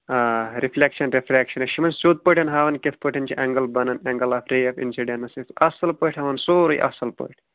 آ reflection refraction أسۍ چھِ یِمن سیوٚد پٲٹھۍ ہاوان کِتھ پٲٹھۍ چھِ اٮ۪نٛگٕل بَنان angle of ray of incidence اَصٕل پٲٹھۍ ہاوان سورٕے اَصٕل پٲٹھۍ